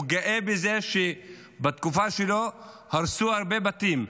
הוא גאה בזה שבתקופה שלו הרסו הרבה בתים.